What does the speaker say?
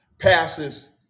Passes